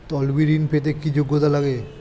তলবি ঋন পেতে কি যোগ্যতা লাগে?